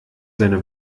seine